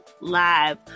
live